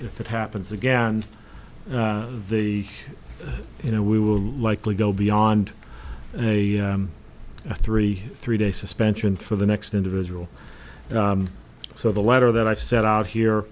if it happens again the you know we will likely go beyond a three three day suspension for the next individual so the letter that i've set out here